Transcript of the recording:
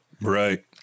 Right